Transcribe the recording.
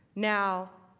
now